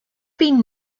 been